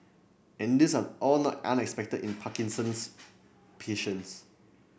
and these are all not unexpected in Parkinson's patients